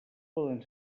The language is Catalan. poden